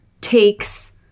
takes